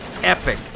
epic